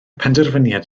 penderfyniad